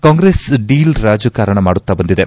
Congress deal ರಾಜಕಾರಣ ಮಾಡುತ್ತಾ ಬಂದಿದೆ